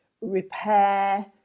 repair